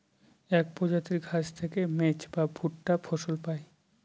এক প্রজাতির ঘাস থেকে মেজ বা ভুট্টা ফসল পায়